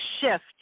shift